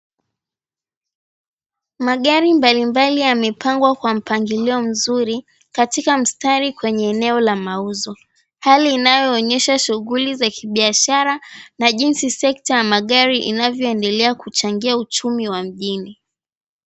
Magari mbalimbali ya mipango kwa mpangilio mzuri katika mstari kwenye eneo la mauzo, hali inayoonyesha shughuli za kibiashara na jinsi sekta ya magari inavyoendelea kuchsangia uchumi wa mjini.